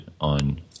on